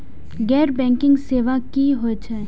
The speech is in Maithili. गैर बैंकिंग सेवा की होय छेय?